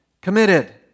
committed